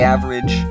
Average